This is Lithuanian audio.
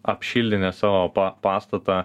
apšildinę savo pastatą